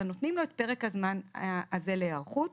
אלא נותנים לו את פרק הזמן הזה להיערכות,